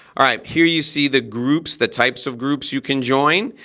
all right, here you see the groups, the types of groups you can join.